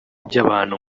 by’abantu